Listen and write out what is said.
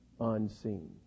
unseen